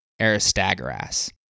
Aristagoras